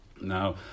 Now